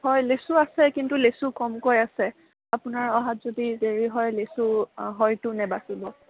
হয় লেচু আছে কিন্তু লেচু কমকৈ আছে আপোনাৰ অহাত যদি দেৰি হয় লেচু হয়তো নেবাচিব